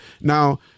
Now